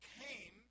came